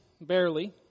barely